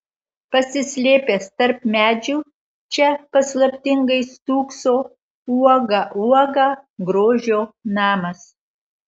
pasislėpęs tarp medžių čia paslaptingai stūkso uoga uoga grožio namas